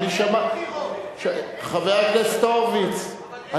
חבר הכנסת הורוביץ,